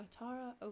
Atara